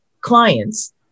clients